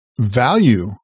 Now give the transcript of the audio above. value